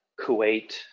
Kuwait